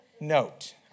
note